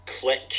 click